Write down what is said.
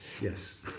Yes